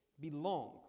belong